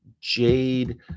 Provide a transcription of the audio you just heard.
jade